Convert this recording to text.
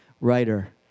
writer